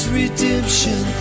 redemption